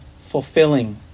fulfilling